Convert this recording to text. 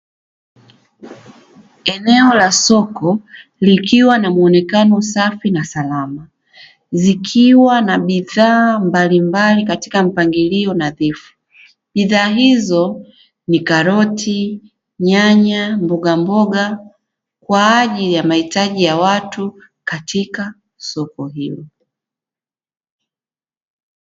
Eneo la soko likiwa na muonekano safi na salama zikiwa na bidii Mbali katika mpangilio nadhifu bidhaa hizo ni karoti, nyanya, mbogamboga Kwa ajili ya mahitaji ya watu katika soko hilo.